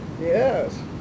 Yes